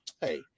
hey